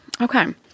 Okay